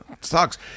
Sucks